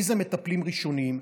מי זה מטפלים ראשוניים?